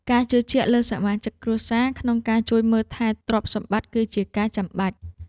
ការជឿជាក់លើសមាជិកគ្រួសារក្នុងការជួយមើលថែទ្រព្យសម្បត្តិ គឺជាការចាំបាច់។